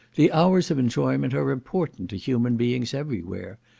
the hours of enjoyment are important to human beings every where,